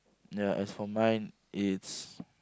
ya as for mine it's